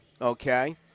okay